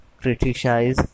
Criticize